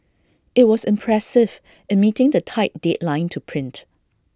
IT was impressive in meeting the tight deadline to print